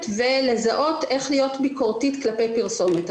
ולזהות איך להיות ביקורתית כלפי פרסומת.